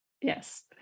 Yes